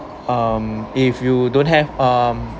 um if you don't have um